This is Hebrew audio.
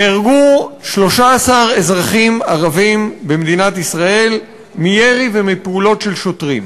נהרגו 13 אזרחים ערבים במדינת ישראל מירי ומפעולות של שוטרים.